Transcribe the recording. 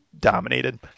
dominated